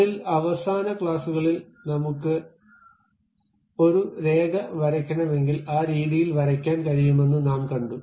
അതിൽ അവസാന ക്ലാസുകളിൽ നമുക്ക് ഒരു രേഖ വരയ്ക്കണമെങ്കിൽ ആ രീതിയിൽ വരയ്ക്കാൻ കഴിയുമെന്ന് നാം കണ്ടു